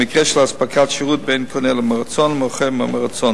במקרה של אספקת שירות בין "קונה מרצון" ל"מוכר מרצון".